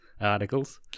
articles